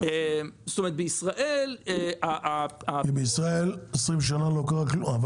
כי בישראל לא קרה כלום 20 שנה.